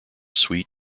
sweet